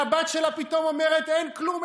והבת שלה פתאום אומרת: אין כלום,